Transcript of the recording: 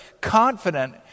Confident